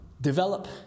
develop